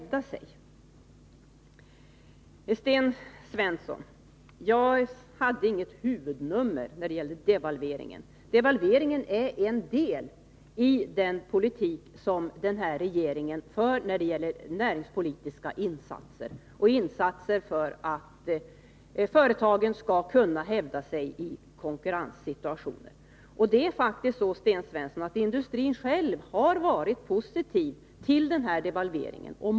Sedan till Sten Svensson. Jag hade inget huvudnummer när det gäller devalveringen. Devalveringen är en del i den politik som regeringen för när det gäller näringspolitiska insatser för att företagen skall kunna hävda sig i konkurrenssituation. Industrin själv har, Sten Svensson, faktiskt varit positiv till devalveringen.